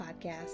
podcast